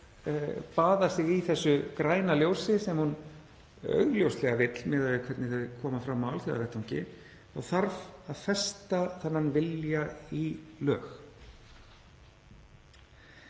baða sig í þessu græna ljósi, sem hún vill augljóslega miðað við hvernig þau koma fram á alþjóðavettvangi, þá þarf að festa þennan vilja í lög.